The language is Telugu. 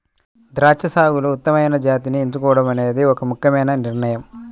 ద్రాక్ష సాగులో ఉత్తమమైన జాతిని ఎంచుకోవడం అనేది ఒక ముఖ్యమైన నిర్ణయం